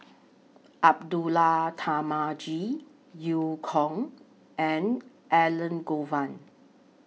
Abdullah Tarmugi EU Kong and Elangovan